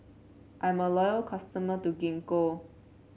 I'm a loyal customer to Gingko